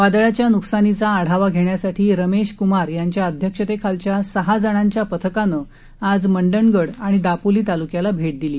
वादळाच्या नुकसानीचा आढावा घेण्यासाठी रमेशकूमार यांच्या अध्यक्षतेखालच्या सहा जणांच्या पथकानं आज मंडणगड आणि दापोली तालुक्याला भेट दिली